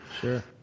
sure